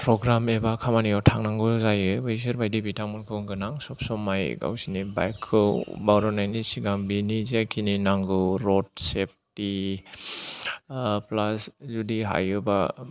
programme एबा खामानियाव थांनांगौ जायो बैसोरबायदि बिथांमोनखौ होनगोन आं सब समाय गावसोरनि बाइक खौ बरननायनि सिगां बिनि जिखिनि नांगौ रड सेफ्टि प्लास जुदि हायोब्ला